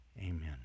Amen